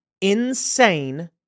insane